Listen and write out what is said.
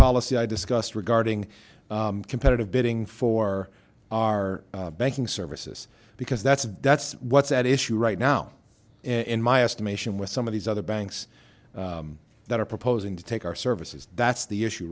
policy i discussed regarding competitive bidding for our banking services because that's debts what's at issue right now in my estimation with some of these other banks that are proposing to take our services that's the issue